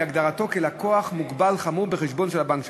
הגדרתו כלקוח מוגבל חמור בחשבון הבנק שלו.